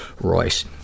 Royce